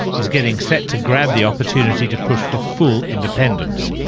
is getting set to grab the opportunity to push for full independence.